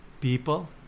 people